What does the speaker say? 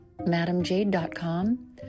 MadamJade.com